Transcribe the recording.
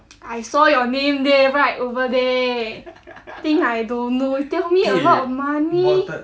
I saw your name there write over there think I don't know you tell me a lot of money